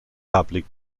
public